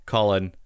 Colin